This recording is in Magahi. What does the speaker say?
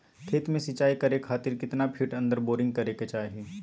खेत में सिंचाई करे खातिर कितना फिट अंदर बोरिंग करे के चाही?